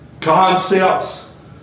concepts